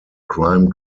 crime